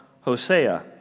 Hosea